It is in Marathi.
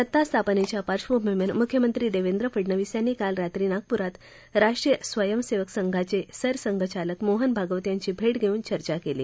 सत्ता स्थापनेच्या पार्श्वभूमीवर मुख्यमंत्री देवेंद्र फडनवीस यांनी काल रात्री नागपुरात राष्ट्रीय स्वयंसेवक संघाचे सरसंघचालक मोहन भागवत यांची भेट घेऊन चर्चा केली